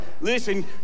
Listen